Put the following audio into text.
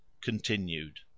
Continued